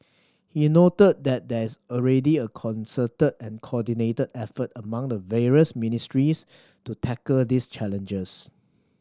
he noted that there is already a concerted and coordinated effort among the various ministries to tackle these challenges